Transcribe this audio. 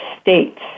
states